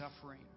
suffering